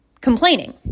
complaining